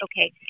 Okay